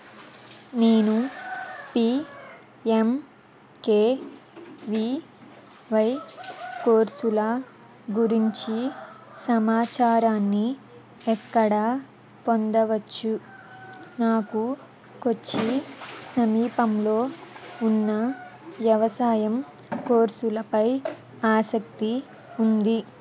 నేను పిఎంకెవివై గురించి సమాచారాన్ని ఎక్కడ పొందవచ్చు నాకు కొచ్చి సమీపంలో ఉన్న వ్యవసాయం కోర్సులపై ఆసక్తి ఉంది